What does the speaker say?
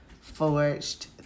forged